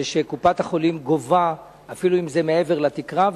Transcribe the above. קופת-החולים גובה אפילו אם זה מעבר לתקרה,